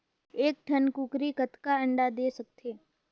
एक ठन कूकरी कतका अंडा दे सकथे?